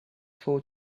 four